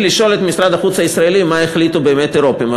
לשאול את משרד החוץ הישראלי מה החליטו באמת האירופים,